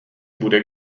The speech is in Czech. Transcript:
bude